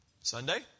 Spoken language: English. Sunday